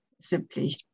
simply